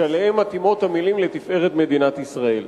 שלהם מתאימות המלים "לתפארת מדינת ישראל".